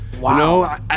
Wow